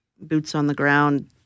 boots-on-the-ground